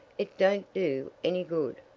it don't do any good,